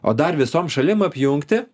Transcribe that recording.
o dar visom šalim apjungti